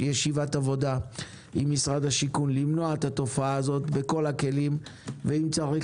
ישיבת עבודה עם משרד השיכון למנוע את התופעה הזאת בכל הכלים ואם צריך